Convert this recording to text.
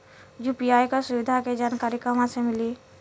UPI के सुविधा के जानकारी कहवा से मिली?